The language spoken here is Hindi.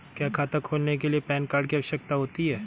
क्या खाता खोलने के लिए पैन कार्ड की आवश्यकता होती है?